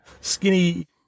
skinny